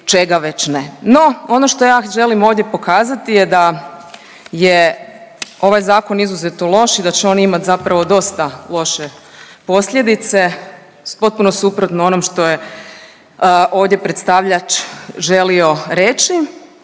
čega već ne. No, ono što ja želim ovdje pokazati je da je ovaj zakon izuzetno loš i da će on imati zapravo dosta loše posljedice potpuno suprotno onom što je ovdje predstavljač želio reći.